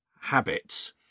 habits